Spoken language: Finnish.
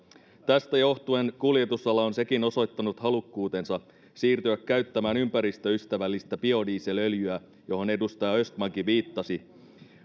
tästä johtuen kuljetusala on sekin osoittanut halukkuutensa siirtyä käyttämään ympäristöystävällistä biodieselöljyä johon edustaja östmankin viittasi